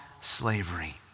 slavery